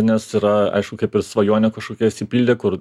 nes yra aišku kaip ir svajonė kažkokia išsipildė kur